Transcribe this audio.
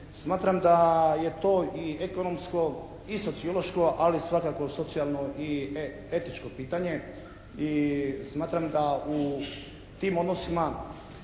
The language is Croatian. Smatram da je to i ekonomsko i sociološko ali svakako socijalno i etičko pitanje i smatram da u tim odnosima